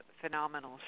phenomenal